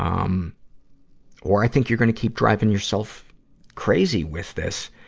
um or, i think you're gonna keep driving yourself crazy with this.